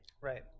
Right